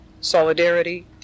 solidarity